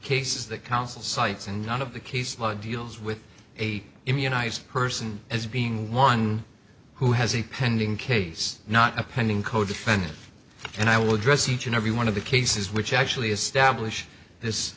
cases that counsel cites and none of the case law deals with a immunize person as being one who has a pending case not a pending codefendant and i will address each and every one of the cases which actually establish this